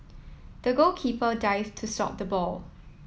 the goalkeeper dive to stop the ball